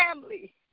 family